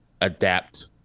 adapt